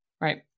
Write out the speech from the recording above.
right